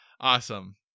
awesome